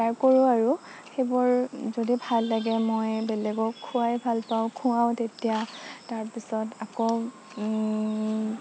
কৰোঁ আৰু সেইবোৰ যদি ভাল লাগে মই বেলেগক খোৱাই ভাল পাওঁ খুৱাও তেতিয়া তাৰপাছত আকৌ